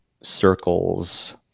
circles